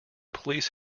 police